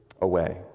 away